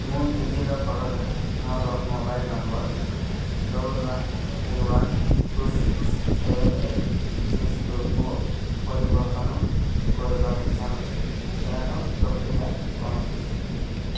ମୁଁ ଡିଜିଲକର୍ରେ ମୋର mobile number double one three one two six seven eight six ଟୁକୁ ପରିବର୍ତ୍ତନ କରିବାକୁ ଚାହୁଁଛି ଏହାର ପ୍ରକ୍ରିୟା କ'ଣ